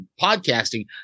podcasting